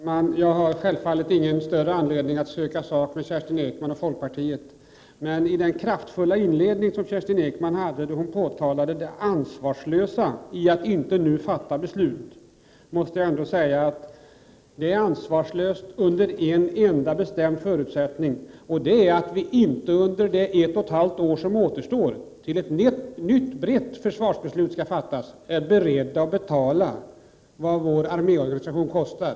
Herr talman! Jag har självfallet inte någon större anledning att söka sak med Kerstin Ekman och folkpartiet. Men Kerstin Ekman påtalade i sin kraftfulla inledning det ansvarslösa i att vi nu inte fattar beslut. Jag måste då säga att det är ansvarslöst under en enda bestämd förutsättning, nämligen att vi under det ett och ett halvt år som återstår tills ett nytt brett försvarsbeslut skall fattas inte är beredda att betala vad vår arméorganisation kostar.